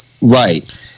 Right